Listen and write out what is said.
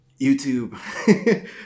YouTube